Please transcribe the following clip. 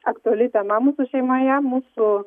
aktuali tema mūsų šeimoje mūsų